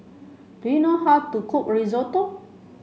do you know how to cook Risotto